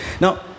Now